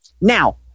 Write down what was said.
now